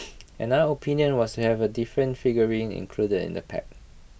another opinion was have A different figurine included in the pack